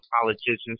politicians